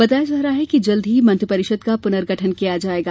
बताया जा रहा है कि जल्द ही मंत्रिपरिषद का पुनर्गठन किया जाएगा